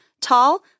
tall